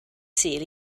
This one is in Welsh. sul